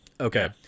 okay